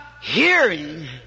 hearing